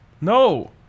No